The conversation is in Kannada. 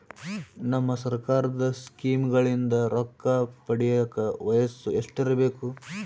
ನಮ್ಮ ಸರ್ಕಾರದ ಸ್ಕೀಮ್ಗಳಿಂದ ರೊಕ್ಕ ಪಡಿಯಕ ವಯಸ್ಸು ಎಷ್ಟಿರಬೇಕು?